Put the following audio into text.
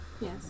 Yes